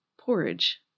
porridge